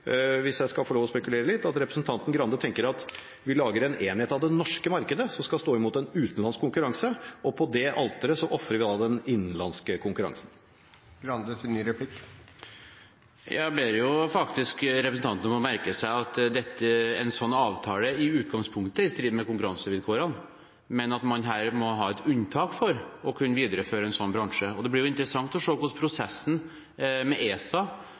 hvis jeg skal få lov til å spekulere litt – at representanten Grande tenker at vi lager en enhet av det norske markedet som skal stå imot utenlandsk konkurranse. På det alteret ofrer vi den innenlandske konkurransen. Jeg ber representanten om å merke seg at en slik avtale i utgangspunktet er i strid med konkurransevilkårene, og at man her må ha et unntak for å kunne videreføre en slik avtale. Det blir interessant å se hva prosessen med ESA